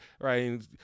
right